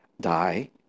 die